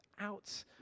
out